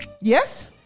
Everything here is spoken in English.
Yes